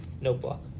notebook